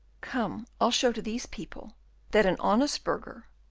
come, i'll show to these people that an honest burgher,